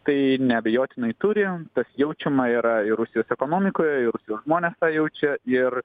tai neabejotinai turi tas jaučiama yra ir rusijos ekonomikoje ir jos žmonės tą jaučia ir